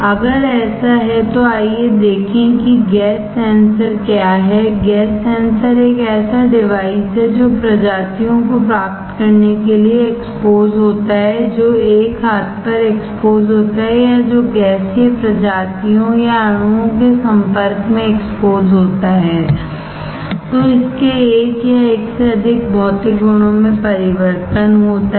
अगर ऐसा है तो आइए देखें कि गैस सेंसर क्या हैं गैस सेंसर एक ऐसा डिवाइस है जो प्रजातियों को प्राप्त करने के लिए एक्सपोज होता है जो एक हाथ पर एक्सपोज होता है या जो गैसीय प्रजातियों या अणुओं के संपर्क में एक्सपोज होता है तो इसके एक या एक से अधिक भौतिक गुणों में परिवर्तन होता है